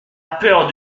peur